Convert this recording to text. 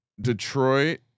Detroit